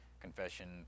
confession